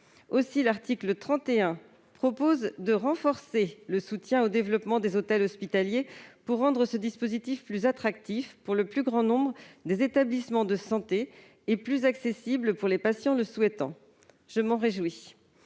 Aussi l'article 31 tend-il à renforcer le soutien au développement des hôtels hospitaliers, pour rendre ce dispositif plus attractif pour le plus grand nombre d'établissements de santé et plus accessible pour les patients le souhaitant, ce dont je me réjouis.